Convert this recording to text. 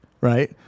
right